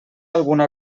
alguna